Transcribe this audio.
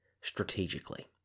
strategically